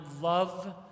love